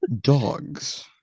Dogs